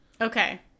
Okay